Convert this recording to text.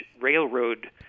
railroad